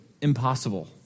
impossible